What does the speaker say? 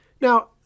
Now